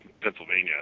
Pennsylvania